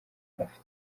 afite